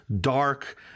Dark